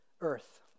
earth